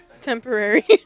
Temporary